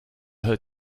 her